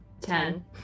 Ten